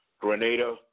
Grenada